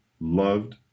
loved